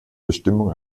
bestimmung